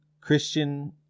Christian